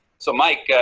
so mike,